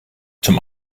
zum